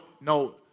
no